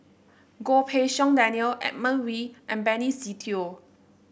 Goh Pei Siong Daniel Edmund Wee and Benny Se Teo